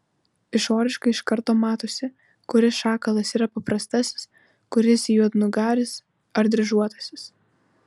išoriškai iš karto matosi kuris šakalas yra paprastasis kuris juodnugaris ar dryžuotasis